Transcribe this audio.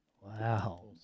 Wow